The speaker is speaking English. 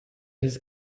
his